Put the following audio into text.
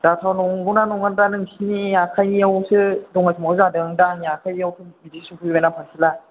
जाथाव नंगौना नङा दा नोंसिनि आखायावसो दंनाय समाव जादों दा आंनि आखायथ' बिदि सौफैबाय ना पारसोलआ